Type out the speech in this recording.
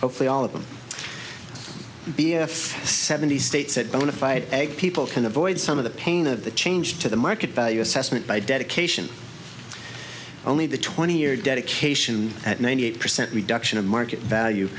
hopefully all of them be seventy states that bona fide people can avoid some of the pain of the change to the market value assessment by dedication only the twenty year dedication at ninety eight percent reduction of market value